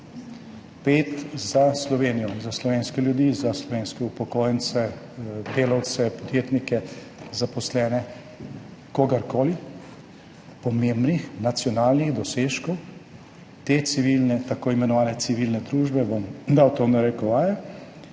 pet za Slovenijo, za slovenske ljudi, za slovenske upokojence, delavce, podjetnike, zaposlene, kogarkoli, pomembnih nacionalnih dosežkov te tako imenovane civilne družbe, bom dal to v narekovaje,